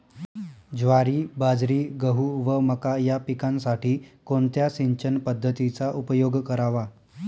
ज्वारी, बाजरी, गहू व मका या पिकांसाठी कोणत्या सिंचन पद्धतीचा उपयोग करावा?